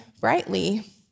brightly